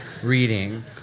reading